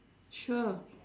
sure